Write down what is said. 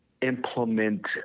Implement